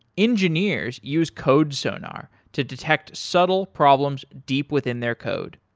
engineers use codesonar to detect subtle problems deep within their code.